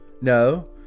No